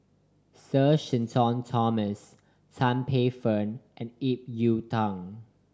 Sir Shenton Thomas Tan Paey Fern and Ip Yiu Tung